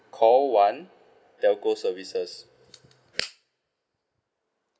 call one telco services